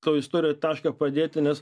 toj istorijoj tašką padėti nes